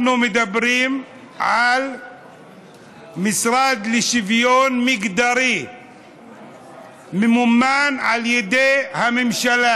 אנחנו מדברים על משרד לשוויון מגדרי שממומן על ידי הממשלה,